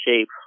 shape